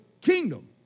kingdom